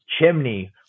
chimney